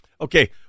Okay